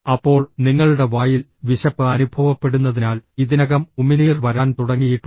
അപ്പോൾ നിങ്ങളുടെ വായിൽ വിശപ്പ് അനുഭവപ്പെടുന്നതിനാൽ ഇതിനകം ഉമിനീർ വരാൻ തുടങ്ങിയിട്ടുണ്ട്